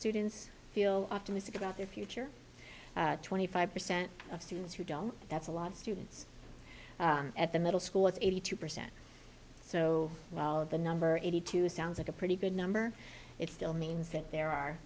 students feel optimistic about their future twenty five percent of students who don't that's a lot of students at the middle school it's eighty two percent so while of the number eighty two sounds like a pretty good number it still means that